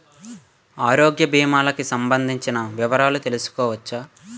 ఆరోగ్య భీమాలకి సంబందించిన వివరాలు తెలుసుకోవచ్చా?